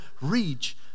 reach